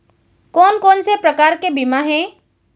कोन कोन से प्रकार के बीमा हे?